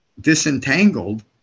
disentangled